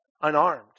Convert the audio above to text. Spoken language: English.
unarmed